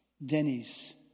Denny's